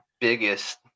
biggest